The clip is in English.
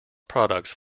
products